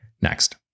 next